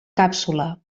càpsula